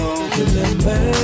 remember